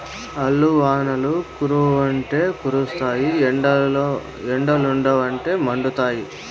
ఆల్లు వానలు కురవ్వంటే కురుస్తాయి ఎండలుండవంటే మండుతాయి